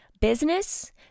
business